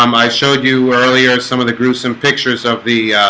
um i showed you earlier some of the gruesome pictures of the